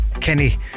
Kenny